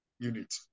Unit